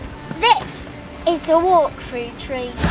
this is a walk-through tree!